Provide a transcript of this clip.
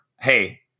hey